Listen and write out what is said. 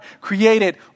created